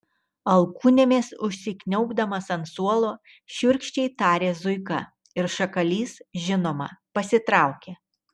alkūnėmis užsikniaubdamas ant suolo šiurkščiai tarė zuika ir šakalys žinoma pasitraukė